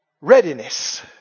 Readiness